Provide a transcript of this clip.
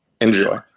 Enjoy